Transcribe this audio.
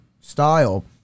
style